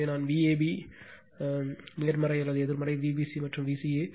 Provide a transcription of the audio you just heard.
எனவே நான் Vab சொன்ன விதம் நேர்மறை அல்லது எதிர்மறை Vbc மற்றும் விசிஏ